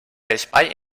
espai